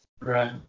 Right